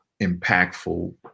impactful